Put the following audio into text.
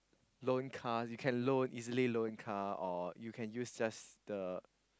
loan cars you can loan easily loan cars or you can use just the